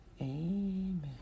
Amen